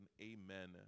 amen